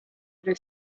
other